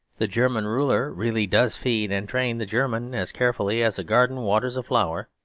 the german ruler really does feed and train the german as carefully as a gardener waters a flower.